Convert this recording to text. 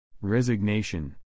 Resignation